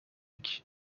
exotiques